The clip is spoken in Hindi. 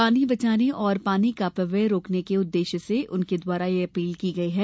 पानी बचाने तथा पानी का अपव्यय रोकने के उद्देश्य से उनके द्वारा यह अपील की गयी है